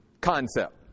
concept